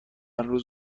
روز